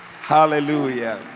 Hallelujah